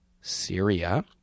Syria